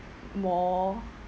more